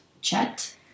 chet